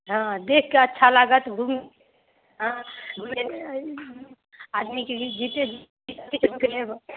हँ देखिके अच्छा लागत घुमु हँ घुरैमे आदमीकेँ जीते जी ई सुख नहि होयत